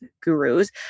gurus